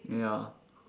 ya